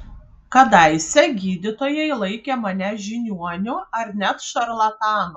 kadaise gydytojai laikė mane žiniuoniu ar net šarlatanu